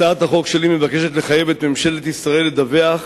הצעת החוק שלי מבקשת לחייב את ממשלת ישראל לדווח